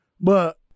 But-